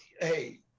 hey